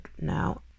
now